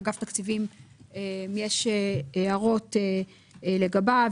לאגף תקציבים יש הערות לגביו,